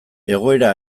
egoera